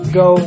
go